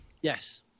Yes